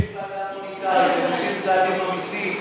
יש ועדה מוניטרית, הם עושים צעדים אמיצים.